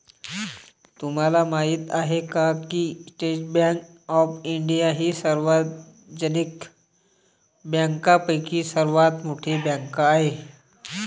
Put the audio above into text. तुम्हाला माहिती आहे का की स्टेट बँक ऑफ इंडिया ही सार्वजनिक बँकांपैकी सर्वात मोठी बँक आहे